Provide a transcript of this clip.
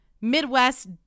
Midwest